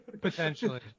potentially